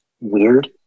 weird